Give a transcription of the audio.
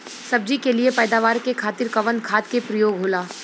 सब्जी के लिए पैदावार के खातिर कवन खाद के प्रयोग होला?